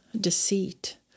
deceit